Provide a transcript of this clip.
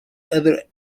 other